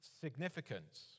significance